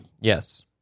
Yes